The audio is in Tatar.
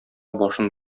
башын